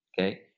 Okay